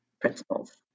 principles